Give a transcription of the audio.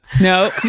No